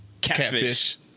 Catfish